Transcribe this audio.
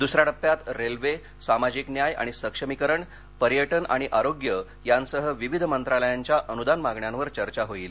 दुसऱ्या टप्प्यात रेल्वे सामाजिक न्याय आणि सक्षमीकरण पर्यटन आणि आरोग्य यासह विविध मंत्रालयांच्या अनुदान मागण्यांवर चर्चा होईल